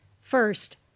First